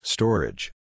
Storage